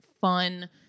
fun